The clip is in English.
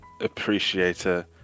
appreciator